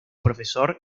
profesor